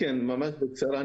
ו"בציפייה"?